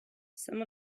some